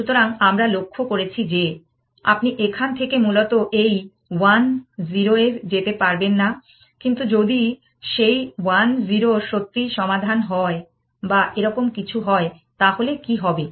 সুতরাং আমরা লক্ষ্য করেছি যে আপনি এখান থেকে মূলত এই 1 0 এ যেতে পারবেন না কিন্তু যদি সেই 1 0 সত্যিই সমাধান হয় বা এরকম কিছু হয় তাহলে কি হবে